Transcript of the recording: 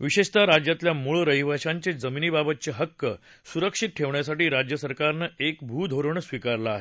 विशेषतः राज्यातल्या मूळ रहिवाश्यांचे जमिनीबाबतचे हक्क सुरक्षित ठेवण्यासाठी राज्य सरकारनं एक भू धोरण स्वीकारलं आहे